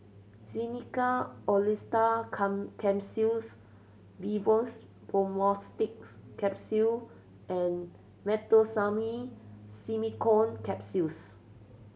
Xenical Orlistat Come Capsules Vivomixx Probiotics Capsule and Meteospasmyl Simeticone Capsules